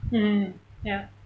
mm ya